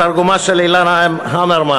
בתרגומה של אילנה המרמן.